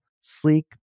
sleek